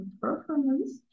performance